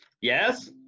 Yes